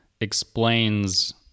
explains